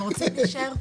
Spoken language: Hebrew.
אנחנו רוצים להישאר פה.